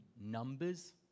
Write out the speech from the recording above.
numbers